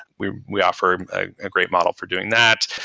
we we offer a great model for doing that.